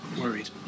worried